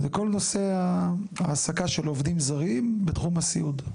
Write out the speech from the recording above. זה כל נושא ההעסקה של עובדים זרים בתחום הסיעוד.